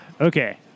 Okay